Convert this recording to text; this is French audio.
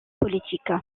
politique